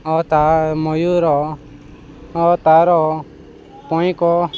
ଓ ତା ମୟୂର ଓ ତା'ର ପଙ୍ଖ